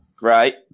Right